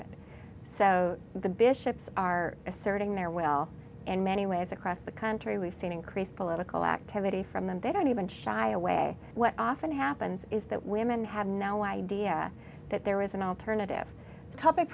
it so the bishops are asserting their will in many ways across the country we've seen increased political activity from them they don't even shy away what often happens is that women have no idea that there is an alternative topic